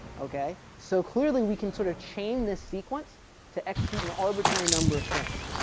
ok? so clearly we can sort of chain this sequence to execute an arbitrary number of things,